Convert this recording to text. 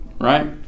Right